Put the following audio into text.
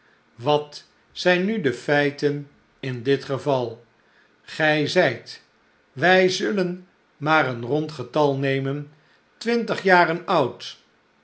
wat zijn nu de feiten in dit geval gij zijt wij zullen maar een rond getal nemen twintig jaren oud